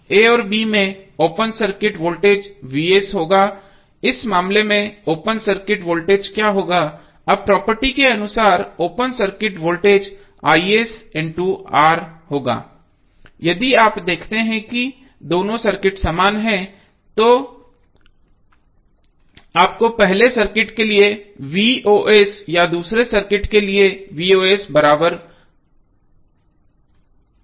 a और b में open circuit circuit voltage होगा इस मामले में ओपन सर्किट वोल्टेज क्या होगा अब प्रॉपर्टी के अनुसार ओपन सर्किट वोल्टेज होगा यदि आप देखते हैं कि दोनों सर्किट समान हैं तो आपको पहले सर्किट के लिए या दूसरे सर्किट के लिए के बराबर होना चाहिए